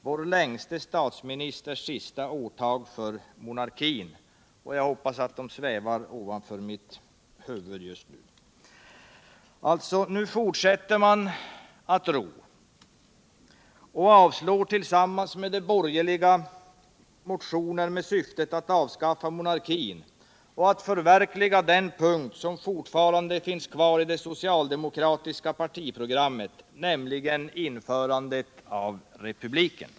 Vår längste statsministers sista årtag för monarkin.” Nu fortsätter socialdemokraterna att ro och avslår tillsammans med de borgerliga motioner med syfte att avskaffa monarkin och förverkliga den punkt som fortfarande finns kvar i det socialdemokratiska partiprogrammet, nämligen införande av republik.